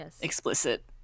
explicit